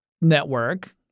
network